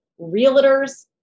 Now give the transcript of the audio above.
realtors